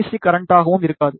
C கர்ரேண்டாகவும் இருக்காது